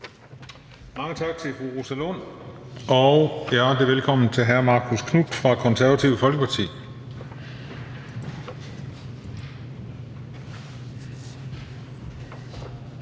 Mange tak til fru Rosa Lund, og hjertelig velkommen til hr. Marcus Knuth fra Konservative Folkeparti.